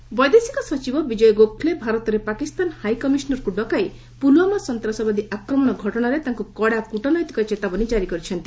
MEA Pak HC ବୈଦେଶିକ ସଚିବ ବିଜୟ ଗୋଖଲେ ଭାରତରେ ପାକିସ୍ତାନ ହାଇକମିଶନରକୁ ଡକାଇ ପୁଲଓ୍ୱାମା ସନ୍ତ୍ରାସବାଦୀ ଆକ୍ରମଣ ଘଟଣାରେ ତାଙ୍କୁ କଡା କୂଟନୈତିକ ଚେତାବନୀ କ୍କାରି କରିଛନ୍ତି